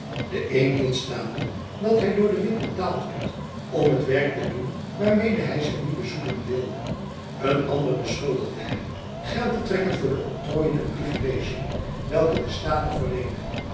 de een hield staande dat hy door de witt betaald werd om het werk te doen waarmede hy zich niet bezoedelen wilde een ander beschuldigde hem geld te trekken voor de oktrooien en privilegiën welke de staten verleende